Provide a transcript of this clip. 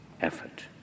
effort